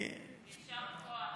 יישר כוח.